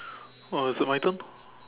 or is it my turn